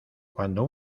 cuando